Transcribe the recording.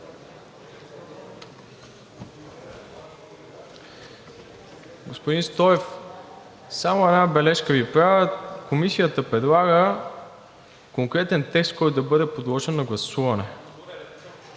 Господин Стоев, само една бележка Ви правя – Комисията предлага конкретен текст, който да бъде подложен на гласуване.